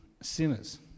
sinners